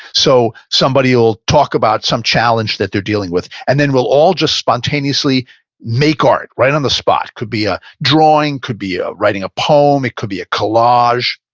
so somebody will talk about some challenge that they're dealing with and then we'll all just spontaneously make art, right on the spot. could be a drawing, could be writing a poem, it could be a collage,